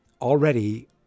already